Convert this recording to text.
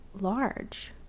large